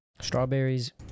Strawberries